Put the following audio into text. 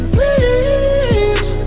Please